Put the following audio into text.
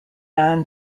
anne